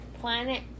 planet